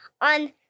on